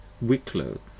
Wicklow